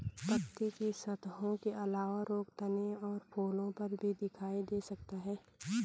पत्ती की सतहों के अलावा रोग तने और फूलों पर भी दिखाई दे सकता है